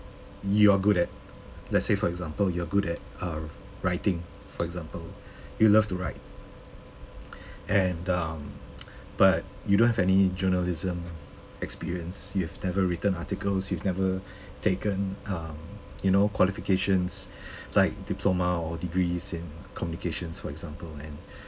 you are good at let's say for example you are good at uh writing for example you love to write and um but you don't have any journalism experience you've never written articles you never taken um you know qualifications like diploma or degrees in communication for example and